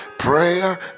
prayer